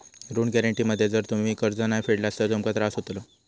ऋण गॅरेंटी मध्ये जर तुम्ही कर्ज नाय फेडलास तर तुमका त्रास होतलो